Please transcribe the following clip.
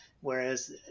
Whereas